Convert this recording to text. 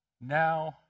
Now